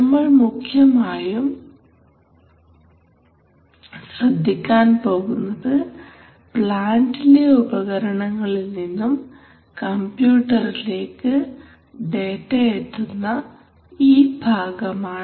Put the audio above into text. നമ്മൾ മുഖ്യമായും ശ്രദ്ധിക്കാൻ പോകുന്നത് പ്ലാന്റിലെ ഉപകരണങ്ങളിൽ നിന്നും കമ്പ്യൂട്ടറിലേക്ക് ഡേറ്റ എത്തുന്ന ഈ ഭാഗമാണ്